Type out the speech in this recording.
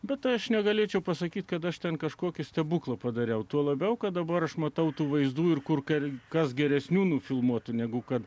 bet aš negalėčiau pasakyti kad aš ten kažkokį stebuklą padariau tuo labiau kad dabar aš matau tų vaizdų ir kad kas geresnių nufilmuotų negu kad